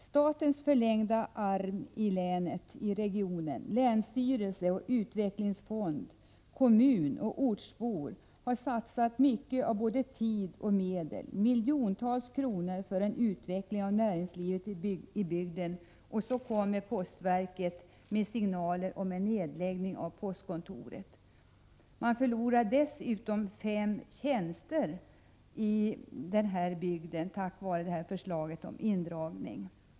Statens förlängda arm i länet och regionen — länsstyrelse och utvecklingsfond —- kommun och ortsbor har satsat mycket av både tid och medel för en utveckling av näringslivet i bygden. Det rör sig om miljontals kronor. Och så kommer Postverket med signaler om nedläggning av postkontoret. Man förlorar dessutom fem tjänster i bygden på grund av indragningen.